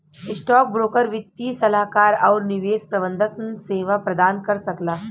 stockbroker वित्तीय सलाहकार आउर निवेश प्रबंधन सेवा प्रदान कर सकला